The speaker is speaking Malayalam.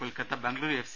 Kolkata Bengaluru F